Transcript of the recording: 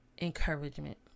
encouragement